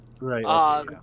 Right